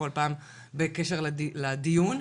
כל מקום בקשר לדיון,